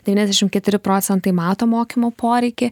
devyniasdešim keturi procentai mato mokymo poreikį